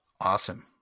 awesome